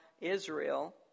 Israel